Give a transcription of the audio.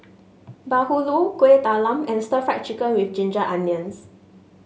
bahulu Kuih Talam and Stir Fried Chicken with Ginger Onions